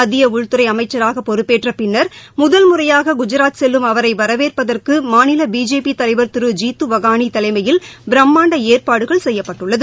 மத்திய உள்துறை அமைச்சராக பொறுப்பேற்றப் பின்னர் முதல் முறையாக குஜராத் செல்லும் அவரை வரவேற்பதற்கு மாநில பிஜேபி தலைவர் திரு ஜீது வகானி தலைமையில் பிரமாண்ட ஏற்பாடு செய்யப்பட்டுள்ளது